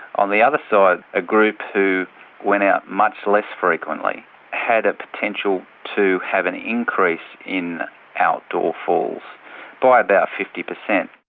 on the other side the ah group who went out much less frequently had a potential to have an increase in outdoor falls by about fifty percent.